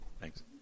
Thanks